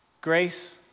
Grace